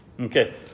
Okay